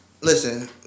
listen